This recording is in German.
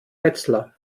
wetzlar